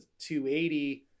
280